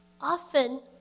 often